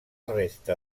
resta